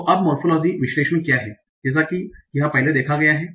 तो अब मोर्फोलोजिकल विश्लेषण क्या है जैसा की यह पहले देखा गया है